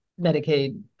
Medicaid